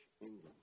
England